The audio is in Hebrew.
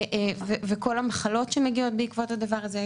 וכל המחלות שמגיעות בעקבות הדבר הזה.